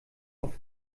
auf